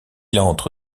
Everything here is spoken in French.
entre